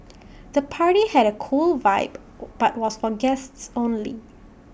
the party had A cool vibe but was for guests only